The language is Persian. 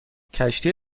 کشتی